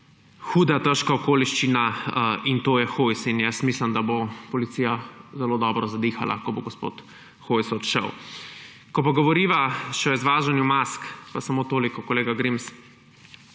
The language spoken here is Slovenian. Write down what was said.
huda, težka okoliščina, in to je Hojs. Mislim, da bo policija zelo dobro zadihala, ko bo gospod Hojs odšel. Ko pa govoriva še o izvažanju mask, pa samo toliko, kolega Grims.